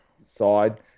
side